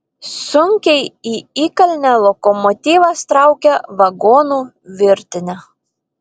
sunkiai į įkalnę lokomotyvas traukia vagonų virtinę